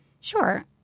Sure